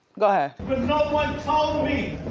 go ahead. but no one told me.